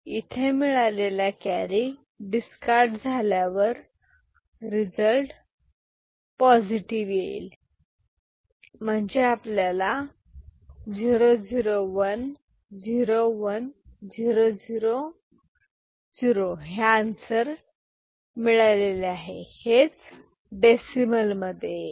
इथे मिळालेला carry discard झाल्यावर रिझल्ट पॉझिटिव्ह येईल 00101000 म्हणजे आपल्याला 00101000 हे आंसर मिळालेले आहे हेच डेसिमल मध्ये येईल